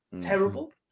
terrible